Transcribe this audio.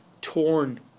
torn